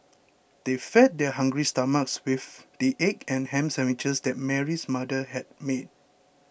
they fed their hungry stomachs with the egg and ham sandwiches that Mary's mother had made